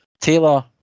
Taylor